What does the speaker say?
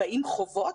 באים חובות.